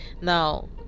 now